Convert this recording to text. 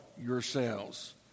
yourselves